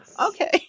okay